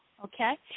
Okay